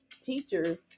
teachers